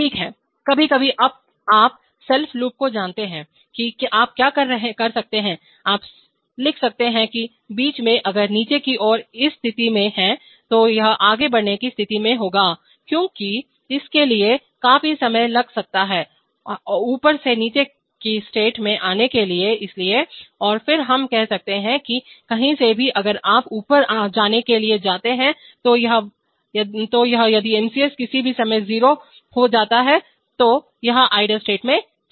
ठीक है कभी कभी आप सेल्फ लूप को जानते हैं कि आप क्या कर सकते हैं आप लिख सकते हैं कि बीच में अगर नीचे की ओर इस स्थिति में है तो यह आगे बढ़ने की स्थिति में होगा क्योंकि इसके लिए काफी समय लग सकता है ऊपर से नीचे की स्टेट में आने के लिए इसलिए और फिर हम कह सकते हैं कि कहीं से भी अगर आप ऊपर जाने के लिए जाते हैं तो यह I यदि MCS किसी भी समय 0 हो जाता है तो यह आइडल स्टेट में चला जाता है